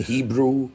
Hebrew